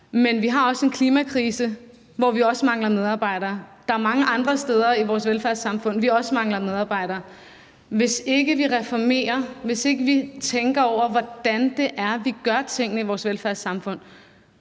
men vi har også en klimakrise, og i den forbindelse mangler vi også medarbejdere. Der er mange andre steder i vores velfærdssamfund, hvor vi også mangler medarbejdere. Hvis ikke vi reformerer, hvis ikke vi tænker over, hvordan vi gør tingene i vores velfærdssamfund,